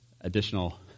additional